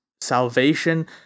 salvation